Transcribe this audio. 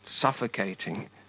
suffocating